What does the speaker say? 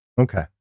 Okay